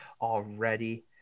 already